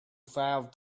found